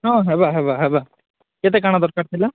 ହଁ ହେବା ହେବା ହେବା କେତେ କାଣ ଦରକାର ଥିଲା